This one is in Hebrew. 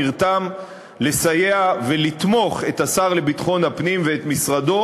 נרתם לסייע ולתמוך בשר לביטחון הפנים ובמשרדו